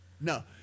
No